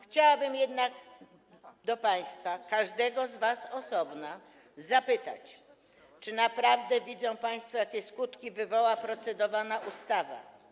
Chciałabym jednak państwa, każdego z was z osobna, zapytać, czy naprawdę widzą państwo, jakie skutki wywoła procedowana ustawa.